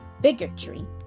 bigotry